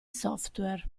software